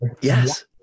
Yes